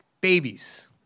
babies